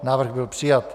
Návrh byl přijat.